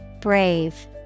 Brave